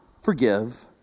forgive